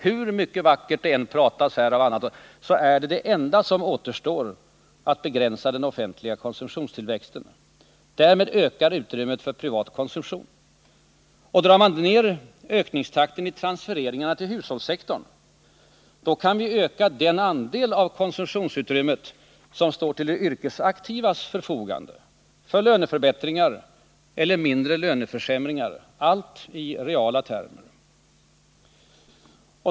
Hur mycket vackert det än pratas här, är det det enda som återstår. Därmed ökar utrymmet för privat konsumtion. Och drar vi ned ökningstakten i transfereringarna till hushållssektorn, kan vi öka den andel av konsumtionsutrymmet som står till de yrkesaktivas förfogande — för löneförbättringar eller mindre löneförsämringar, allt i reala termer.